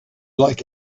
like